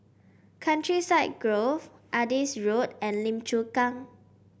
Countryside Grove Adis Road and Lim Chu Kang